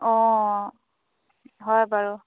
অ হয় বাৰু